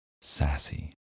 sassy